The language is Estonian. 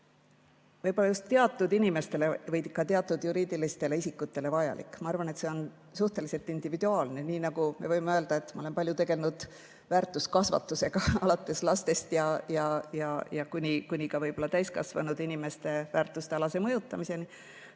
võib-olla just teatud inimestele või teatud juriidilistele isikutele vajalik. Ma arvan, et see on suhteliselt individuaalne. Nii nagu me võime öelda – ma olen palju tegelnud väärtuskasvatusega, alates lastest ja võib-olla kuni täiskasvanud inimeste väärtustealase mõjutamiseni